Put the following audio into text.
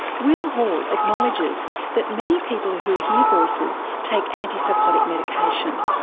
will hall acknowledges that many people who hear voices take antipsychotic medication,